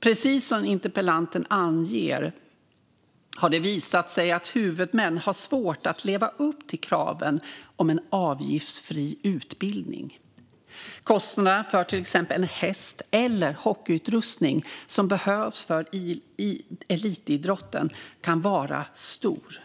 Precis som interpellanten anger har det visat sig att huvudmän har svårt att leva upp till kraven om en avgiftsfri utbildning. Kostnaderna för till exempel en häst eller hockeyutrustning som behövs för elitidrotten kan vara stora.